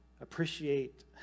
appreciate